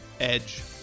Edge